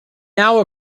now